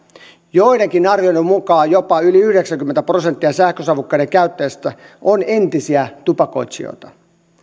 joidenkin arvioiden mukaan jopa yli yhdeksänkymmentä prosenttia sähkösavukkeiden käyttäjistä on entisiä tupakoitsijoita